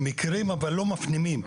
מכירים אבל לא מפנימים.